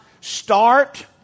start